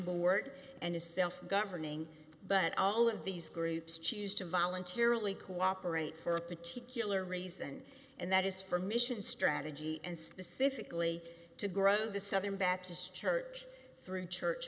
board and is self governing but all of these groups choose to voluntarily cooperate for a particular reason and that is for mission strategy and specifically to grow the southern baptist church through church